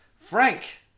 Frank